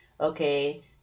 okay